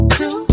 two